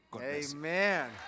Amen